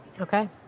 Okay